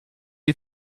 you